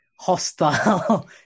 hostile